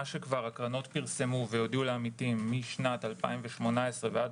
מה שהקרנות כבר פרסמו והודיעו לעמיתים משנת 2018 ועד